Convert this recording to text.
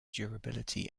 durability